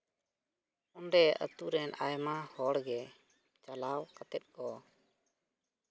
ᱚᱸᱰᱮ ᱟᱹᱛᱩ ᱨᱮᱱ ᱟᱭᱢᱟ ᱦᱚᱲᱜᱮ ᱪᱟᱞᱟᱣ ᱠᱟᱛᱮᱫ ᱠᱚ